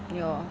ya